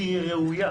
כי היא ראויה.